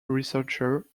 researcher